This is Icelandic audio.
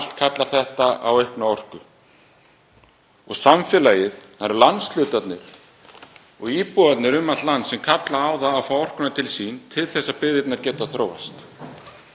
aukna orku. Það eru landshlutarnir og íbúarnir um allt land sem kalla á það að fá orkuna til sín til þess að byggðirnar geti þróast.